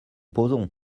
posons